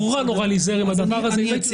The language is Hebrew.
צריך מאוד להיזהר בדבר הזה.